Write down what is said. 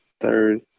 third